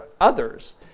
others